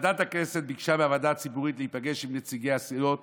ועדת הכנסת ביקשה מהוועדה הציבורית להיפגש עם נציגי הסיעות